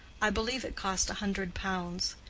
i believe it cost a hundred pounds.